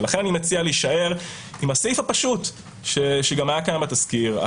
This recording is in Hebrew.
ולכן אני מציע להישאר עם הסעיף הפשוט שגם היה קיים בתזכיר.